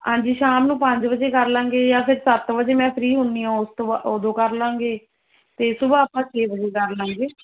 ਹਾਂਜੀ ਸ਼ਾਮ ਨੂੰ ਪੰਜ ਵਜੇ ਕਰ ਲਾਂਗੇ ਜਾਂ ਫੇਰ ਸੱਤ ਵਜੇ ਮੈਂ ਫ੍ਰੀ ਹੁੰਦੀ ਹਾਂ ਉਸ ਤੋਂ ਬਾ ਉਦੋਂ ਕਰ ਲਾਂਗੇ ਅਤੇ ਸੁਬਹਾ ਆਪਾਂ ਛੇ ਵਜੇ ਕਰ ਲਾਂਗੇ